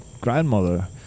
grandmother